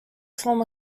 form